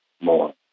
more